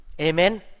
Amen